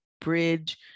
bridge